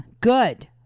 good